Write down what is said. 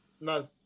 No